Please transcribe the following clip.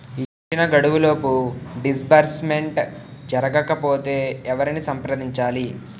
ఇచ్చిన గడువులోపు డిస్బర్స్మెంట్ జరగకపోతే ఎవరిని సంప్రదించాలి?